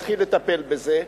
והתחיל לטפל בזה,